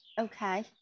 Okay